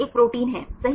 एक प्रोटीन है सही